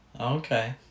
Okay